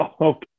Okay